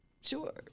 Sure